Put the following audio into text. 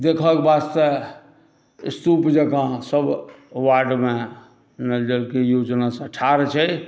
देखक वास्ते स्तूप जेकाॅं सभ वार्डमे जेना ठाड़ छै